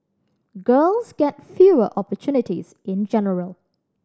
girls get fewer opportunities in general